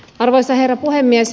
arvoisa herra puhemies